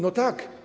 No tak.